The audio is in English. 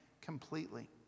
completely